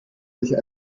welche